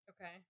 Okay